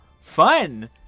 fun